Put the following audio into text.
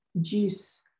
juice